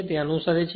તે અનુસરે છે